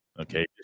okay